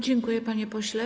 Dziękuję, panie pośle.